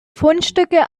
fundstücke